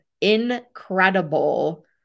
incredible